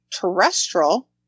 terrestrial